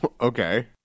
Okay